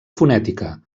fonètica